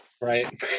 right